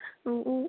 औ औ